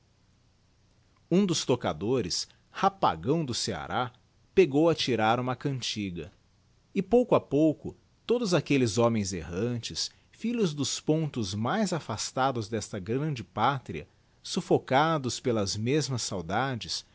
um dos tocadores rapagão do ceará pegou a tirar uma cantiga e pouco a pouco todos aquelles homens errantes filhos dos pontos mais afastados desta grande pátria suffocados pelas mesmas saudades